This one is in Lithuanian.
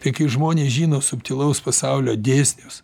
tai kai žmonės žino subtilaus pasaulio dėsnius